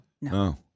no